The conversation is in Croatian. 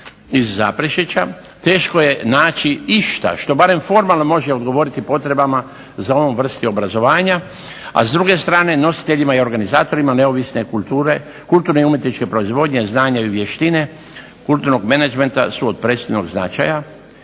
iz Zaprešića teško je naći išta što barem formalno može odgovoriti potrebama za onom vrsti obrazovanja, a s druge strane nositeljima i organizatorima neovisne kulture, kulturne i umjetničke proizvodnje, znanja i vještine, kulturnog menadžmenta su od presudnog značaja